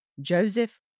Joseph